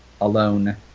alone